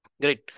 great